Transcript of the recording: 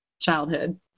childhood